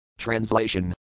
Translation